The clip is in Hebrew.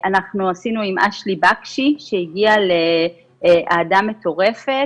אנחנו עשינו עם אשלי בקשי שהגיעה לאהדה מטורפת,